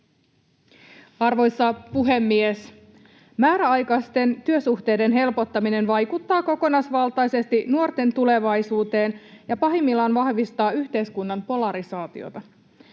Arvoisa puhemies! Määräaikaisten työsuhteiden helpottaminen vaikuttaa kokonaisvaltaisesti nuorten tulevaisuuteen ja pahimmillaan vahvistaa yhteiskunnan polarisaatiota.